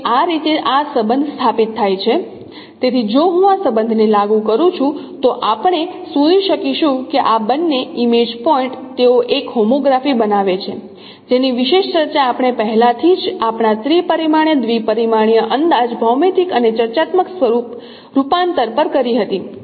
તેથી જો હું આ સંબંધને લાગુ કરું છું તો આપણે શોધી શકીશું કે આ બંને ઇમેજ પોઇન્ટ તેઓ એક હોમોગ્રાફી બનાવે છે જેની વિશેષ ચર્ચા આપણે પહેલાથી જ આપણા ત્રિ પરિમાણીય દ્વિપરિમાણીય અંદાજ ભૌમિતિક અને ચર્ચાત્મક સ્વરૂપ રૂપાંતર પર કરી હતી